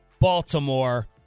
Baltimore